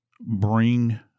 bring